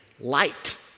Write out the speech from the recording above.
light